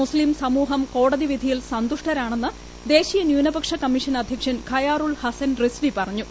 മുസ്ലീംസമൂഹം കോടതിവിധിയിൽ സന്തുഷ്ടരാണെന്ന് ദേശീയ ന്യൂനപക്ഷ കമ്മീഷൻ അദ്ധ്യക്ഷൻ ഖയാറൂൾ ഹസ്സൻ റിസ്വി പറഞ്ഞു